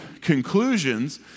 conclusions